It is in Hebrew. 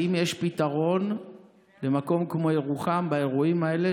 האם יש פתרון למקום כמו ירוחם באירועים האלה,